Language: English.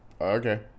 Okay